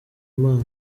imana